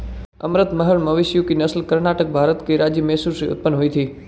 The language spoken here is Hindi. अमृत महल मवेशियों की नस्ल कर्नाटक, भारत के राज्य मैसूर से उत्पन्न हुई थी